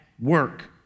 work